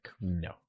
No